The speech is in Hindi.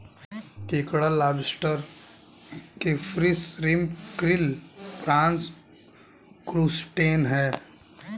केकड़ा lobster crayfish shrimp krill prawns crustacean है